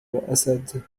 الأسد